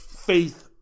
faith